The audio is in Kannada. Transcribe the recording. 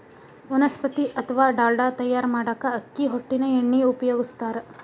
ವನಸ್ಪತಿ ಅತ್ವಾ ಡಾಲ್ಡಾ ತಯಾರ್ ಮಾಡಾಕ ಅಕ್ಕಿ ಹೊಟ್ಟಿನ ಎಣ್ಣಿನ ಉಪಯೋಗಸ್ತಾರ